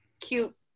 cute